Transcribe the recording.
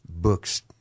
books